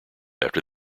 after